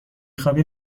خوابی